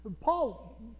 Paul